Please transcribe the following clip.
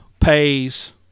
pays